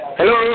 Hello